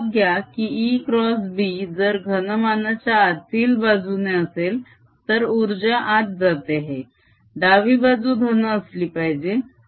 लक्षात घ्या की ExB जर घनमानाच्या आतील बाजूने असेल तर उर्जा आत जाते आहे डावी बाजू धन असली पाहिजे